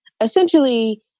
essentially